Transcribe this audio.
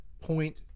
point